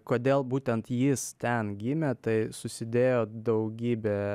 kodėl būtent jis ten gimė tai susidėjo daugybė